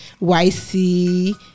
YC